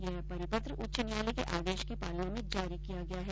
यह परिपत्र उच्च न्यायालय के आदेश की पालना में जारी किया गया है